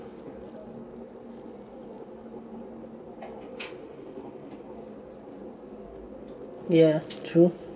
ya true